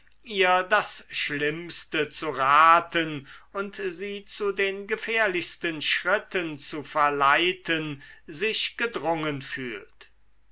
ihr das schlimmste zu raten und sie zu den gefährlichsten schritten zu verleiten sich gedrungen fühlt